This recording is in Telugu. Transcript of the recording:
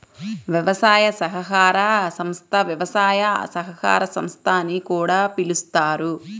వ్యవసాయ సహకార సంస్థ, వ్యవసాయ సహకార సంస్థ అని కూడా పిలుస్తారు